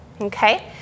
okay